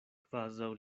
kvazaŭ